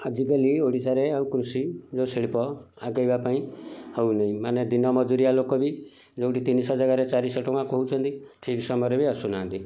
ଆଜିକାଲି ଓଡ଼ିଶାରେ ଆଉ କୃଷି ଯେଉଁ ଶିଳ୍ପ ଆଗେଇବା ପାଇଁ ହେଉନି ମାନେ ଦିନ ମଜୁରିଆ ଲୋକ ବି ଯେଉଁଠି ତିନିଶହ ଜାଗାରେ ଚାରିଶହ ଟଙ୍କା କହୁଛନ୍ତି ଠିକ୍ ସମୟରେ ବି ଆସୁନାହାନ୍ତି